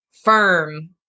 firm